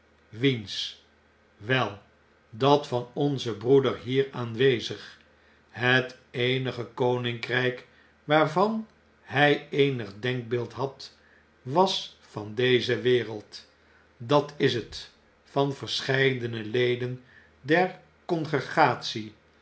wei dat van onzen broeder hier aanwezig het eenige koninkrp waarvan hy eenig denkbeeld had was van deze wereld dat is het van verscheidene leden der congregatie